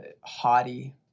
haughty